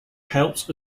helps